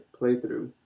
playthrough